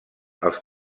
als